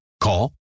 Call